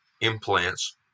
implants